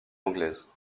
anglaise